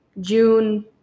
June